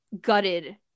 gutted